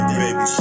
baby